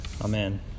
Amen